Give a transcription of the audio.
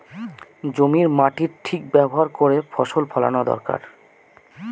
জমির মাটির ঠিক ব্যবহার করে ফসল ফলানো দরকার